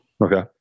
Okay